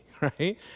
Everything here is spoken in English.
right